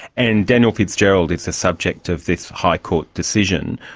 and daniel fitzgerald is the subject of this high court decision.